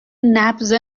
نبض